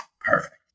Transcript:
Perfect